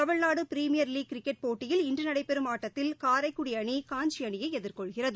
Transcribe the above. Tamil Nadu Premier league cricket போட்டியில் இன்றுநடைபெறும் ஆட்டத்தில் காரைக்குடிஅணி காஞ்சிஅணியைஎதிர்கொள்கிறது